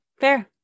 Fair